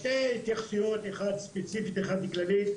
יש לי שתי התייחסויות, אחת ספציפית ואחת כללית.